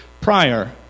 prior